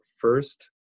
first